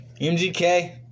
MGK